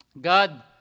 God